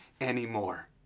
anymore